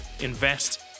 invest